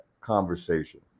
conversation